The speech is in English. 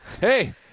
Hey